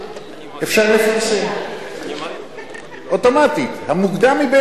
אפשר לפרסם אוטומטית, המוקדם מבין השניים.